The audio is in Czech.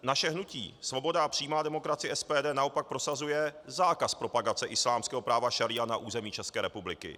Naše hnutí Svoboda a přímá demokracie, SPD, naopak prosazuje zákaz propagace islámského práva šaría na území České republiky.